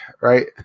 right